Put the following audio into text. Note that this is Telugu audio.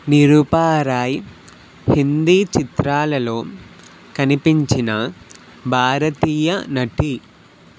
నిరూప రాయ్ హిందీ చిత్రాలలో కనిపించిన భారతీయ నటి